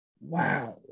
Wow